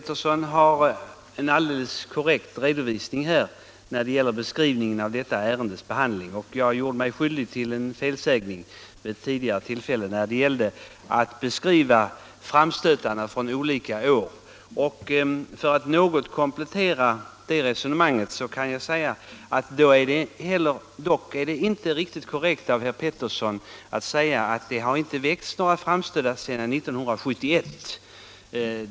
Herr talman! Herr Pettersson i Lund gav en alldeles korrekt redovisning av detta ärendes behandling. Jag gjorde mig skyldig till en felsägning vid ett tidigare tillfälle när det gällde att beskriva framstötarna under tidigare år. För att något komplettera det resonemanget kan jag säga att det dock inte är riktigt korrekt av herr Pettersson att påstå att det inte gjorts några framställningar sedan 1971.